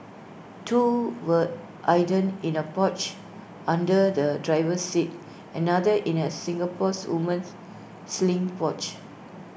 two were hidden in A pouch under the driver's seat another in A Singapore's woman's sling pouch